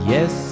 Yes